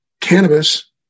cannabis